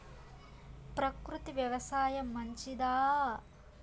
ప్రకృతి వ్యవసాయం మంచిదా?